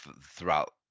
throughout